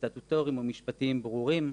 סטטוטוריים או משפטיים ברורים.